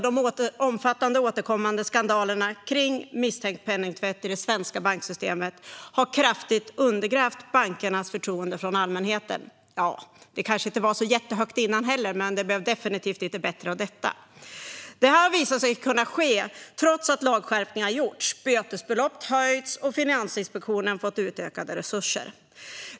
De omfattande och återkommande skandalerna kring misstänkt penningtvätt i det svenska banksystemet har kraftigt undergrävt bankernas förtroende från allmänheten. Ja, det kanske inte var så jättehögt förut heller, men det blev definitivt inte bättre av detta. Penningtvätt har visat sig kunna ske trots att lagskärpningar gjorts, bötesbelopp höjts och Finansinspektionen fått utökade resurser.